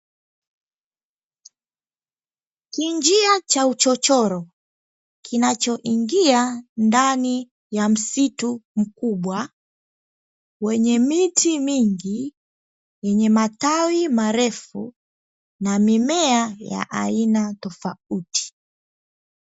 Kinjia cha uchochoro kinachoingia ndani ya msitu mkubwa wenye miti mingi, yenye matawi marefu na mimea ya aina tofauti.